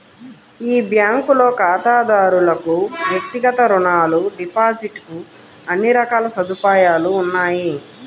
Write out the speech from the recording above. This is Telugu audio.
ఈ బ్యాంకులో ఖాతాదారులకు వ్యక్తిగత రుణాలు, డిపాజిట్ కు అన్ని రకాల సదుపాయాలు ఉన్నాయి